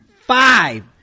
Five